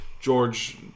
George